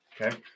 Okay